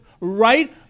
right